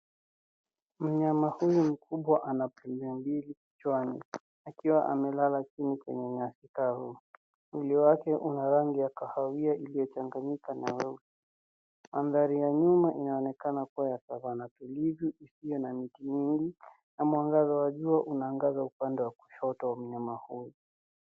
Mnyama huyu mkubwa ana pembe mbili kichwani akiwa amelala chini kwenye nyasi kavu. mwili wake una rangi ya kahawia iliochanganyika na weusi. Mandhari ya nyuma inaoonekana kua ya Savanna tulivu isiyo na miti mingi na mwangaza wa jua unangaza upande wa kushoto wa mnyama huyu.